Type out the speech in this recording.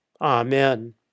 Amen